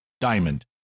diamond